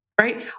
right